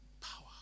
Power